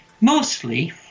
Mostly